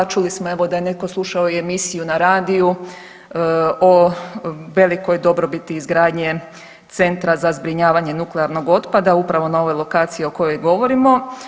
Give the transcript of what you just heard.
Čuli evo da je netko slušao i emisiju na radiju o velikoj dobrobiti izgradnje centra za zbrinjavanje nuklearnog otpada upravo na ovoj lokaciji o kojoj govorimo.